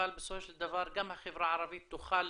אבל בסופו של דבר גם החברה הערבית תוכל